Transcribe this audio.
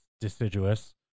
deciduous